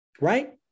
Right